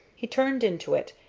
he turned into it,